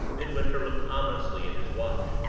midwinter looked ominously at his watch.